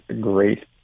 great